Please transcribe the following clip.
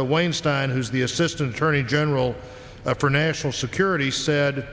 weinstein who's the assistant attorney general for national security said